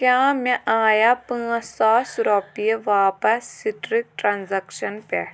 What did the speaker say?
کیٛاہ مےٚ آیا پانٛژھ ساس رۄپیہِ واپس سِٹرک ٹرانزیکشن پٮ۪ٹھ